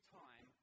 time